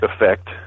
effect